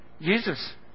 Jesus